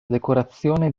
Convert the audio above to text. decorazione